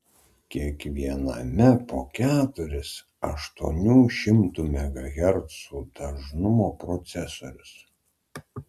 kiekviename po keturis aštuonių šimtų megahercų dažnumo procesorius